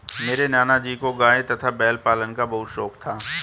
मेरे नाना जी को गाय तथा बैल पालन का बहुत शौक था